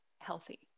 healthy